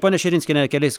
ponia širinskiene keliais